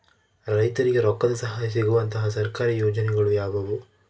ರೈತರಿಗೆ ರೊಕ್ಕದ ಸಹಾಯ ಸಿಗುವಂತಹ ಸರ್ಕಾರಿ ಯೋಜನೆಗಳು ಯಾವುವು?